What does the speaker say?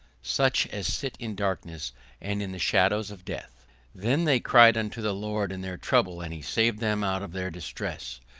such as sit in darkness and in the shadow of death then they cried unto the lord in their trouble, and he saved them out of their distresses.